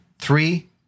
Three